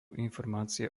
informácie